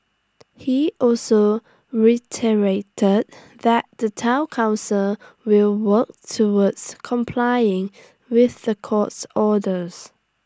he also reiterated that the Town Council will work towards complying with the court's orders